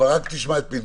אבל רק את פינדרוס.